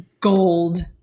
gold